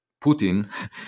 Putin